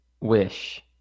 wish